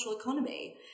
economy